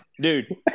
dude